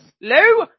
Lou